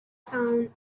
sound